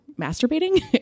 masturbating